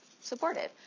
Supportive